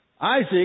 Isaac